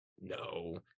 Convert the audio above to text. No